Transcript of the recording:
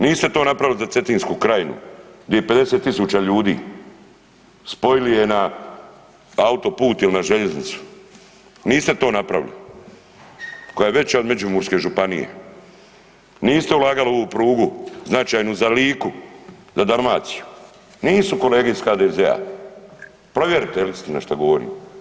Niste to napravili za cetinsku krajinu di je 50.000 ljudi, spojili je na autoput ili na željeznicu, niste to napravili, koja je veća od Međimurske županije, niste ulagali u ovu prugu značajnu za Liku, za Dalmacije, nisu kolege iz HDZ-a, provjerite jel istina šta govorim.